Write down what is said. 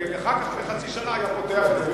אחר כך, אחרי חצי שנה, הוא היה פותח את זה.